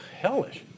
hellish